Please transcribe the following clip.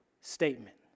statement